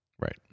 Right